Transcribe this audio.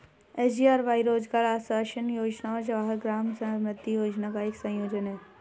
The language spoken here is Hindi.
एस.जी.आर.वाई रोजगार आश्वासन योजना और जवाहर ग्राम समृद्धि योजना का एक संयोजन है